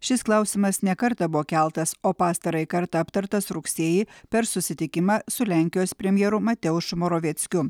šis klausimas ne kartą buvo keltas o pastarąjį kartą aptartas rugsėjį per susitikimą su lenkijos premjeru mateušu moraveckiu